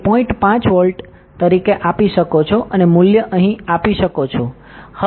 5 volt તરીકે આપી શકો છો અને મૂલ્ય અહીં આપી શકો છો બરાબર